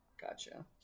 Gotcha